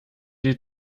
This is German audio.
die